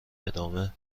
ادامه